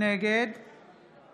נגד